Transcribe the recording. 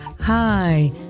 Hi